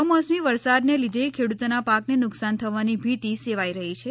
કમોસમી વરસાદને લીધે ખેડૂતોના પાકને નુકસાન થવાની ભીતિ સેવાઈ રહી છે